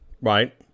right